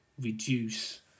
reduce